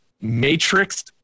Matrix